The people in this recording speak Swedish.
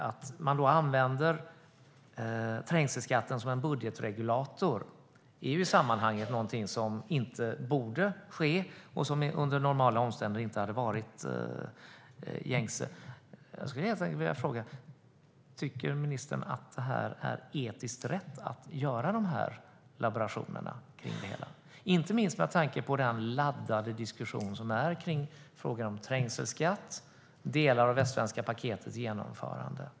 Att man använder trängselskatten som en budgetregulator är i sammanhanget någonting som inte borde ske och som under normala omständigheter inte hade varit gängse. Jag skulle egentligen vilja fråga om ministern tycker att det är etiskt rätt att göra de här laborationerna kring det hela, inte minst med tanke på den laddade diskussionen kring frågan om trängselskatt och delar av Västsvenska paketets genomförande.